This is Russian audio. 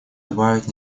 добавить